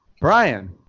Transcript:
Brian